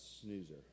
snoozer